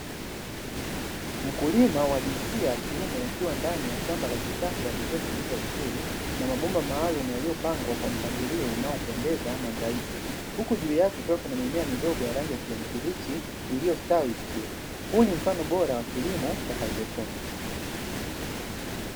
Mkulima wa jinsia ya kiume akiwa ndani ya shamba la kisasa lililofunikwa vizuri, na mabomba maalumu yaliyopangwa kwa mpangilio unaopendeza na mrahisi, huku juu yake kukiwa kuna mimea midogo ya rangi ya kijani kibichi iliyostawi vizuri, huu ni mfano bora wa kilimo cha haidroponi.